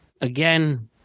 Again